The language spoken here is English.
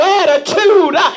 attitude